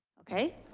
okay.